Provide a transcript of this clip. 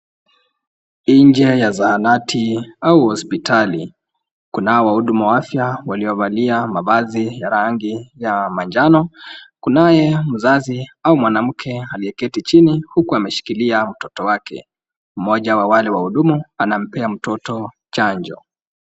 Nje ya zahanati au hospitali. Kunao wahudumu wa afya waliovalia mavazi ya rangi ya manjano. Kunaye mzazi au mwanamke aliyeketi chini huku ameshikilia mtoto wake. Mmoja wa wale wahudumu anampea mtoto chanjo.